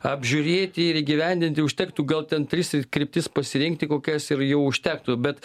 apžiūrėti ir įgyvendinti užtektų gal ten tris kryptis pasirinkti kokias ir jau užtektų bet